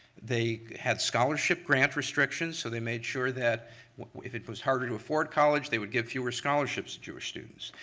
they had scholarship grant restrictions, so they made sure that if it was harder to afford college, they would give fewer scholarships to jewish students.